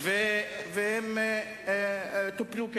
ולמה אנחנו עומדים?